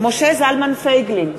משה זלמן פייגלין,